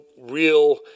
real